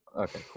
okay